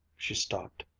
she stopped,